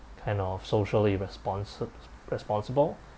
kind of socially responsi~ responsible